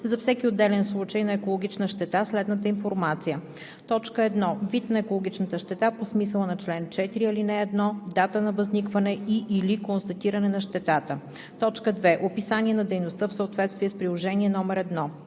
за всеки отделен случай на екологична щета, следната информация: 1. вид на екологичната щета по смисъла на чл. 4, ал. 1, дата на възникване и/или констатиране на щетата; 2. описание на дейността в съответствие с приложение № 1;